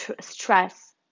stress